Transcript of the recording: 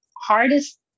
hardest